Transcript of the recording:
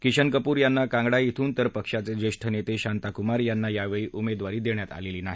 किशन कपूर यांना कांगडा इथून तर पक्षाचे ज्येष्ठ नेते शांताकुमार यांना यावेळी उमेदवारी देण्यात आलेली नाही